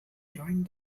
joined